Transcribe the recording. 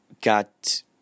got